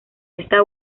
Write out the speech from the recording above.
esta